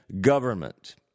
government